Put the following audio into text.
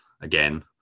again